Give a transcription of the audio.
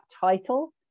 title